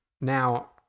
now